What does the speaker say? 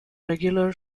regular